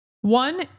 One